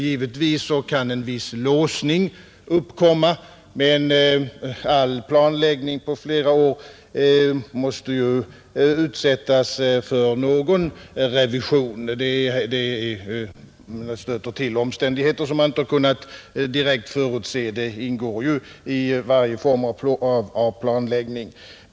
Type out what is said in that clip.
Givetvis kan en viss låsning uppkomma, men all planläggning på flera år måste ju utsättas för någon revision. Att det stöter till omständigheter som man inte direkt kunnat förutse ingår ju i varje form av planläggning.